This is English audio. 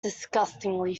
disgustingly